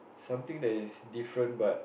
something that is different but